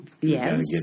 Yes